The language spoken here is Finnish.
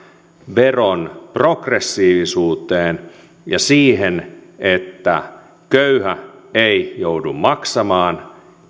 veron progressiivisuuteen ja siihen että köyhä ei joudu maksamaan